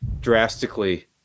Drastically